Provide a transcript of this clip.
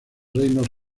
reinos